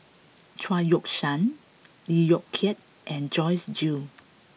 Chao Yoke San Lee Yong Kiat and Joyce Jue